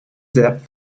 depth